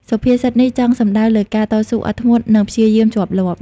សុភាសិតនេះចង់សំដៅលើការតស៊ូ អត់ធ្មត់ និងព្យាយាមជាប់លាប់។